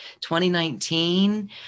2019